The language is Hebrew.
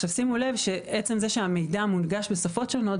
שימו לב שעצם זה שהמידע מונגש בשפות שונות,